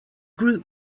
group